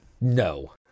No